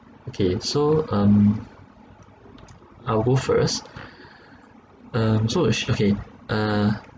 okay so um I'll go first um so uh sh~ okay uh